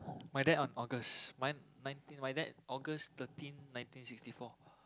my dad on August my my dad August thirteen nineteen sixty four